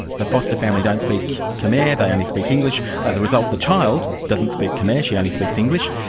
the foster family don't speak khmer, they only speak english, as a result the child doesn't speak khmer, she only speaks english,